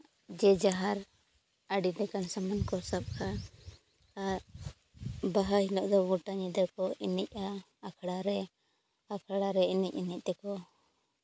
ᱡᱮ ᱡᱟᱦᱟᱨ ᱟᱹᱰᱤ ᱞᱮᱠᱟᱱ ᱥᱟᱢᱟᱱ ᱠᱚ ᱥᱟᱵ ᱠᱟᱜᱼᱟ ᱟᱨ ᱵᱟᱦᱟ ᱦᱤᱞᱳᱜ ᱫᱚ ᱜᱳᱴᱟ ᱧᱤᱫᱟᱹ ᱠᱚ ᱮᱱᱮᱡᱼᱟ ᱟᱠᱷᱲᱟ ᱨᱮ ᱟᱠᱷᱲᱟ ᱨᱮ ᱮᱱᱮᱡ ᱮᱱᱮᱡ ᱛᱮᱠᱚ